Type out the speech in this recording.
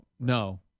No